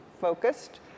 focused